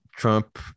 trump